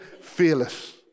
fearless